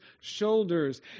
shoulders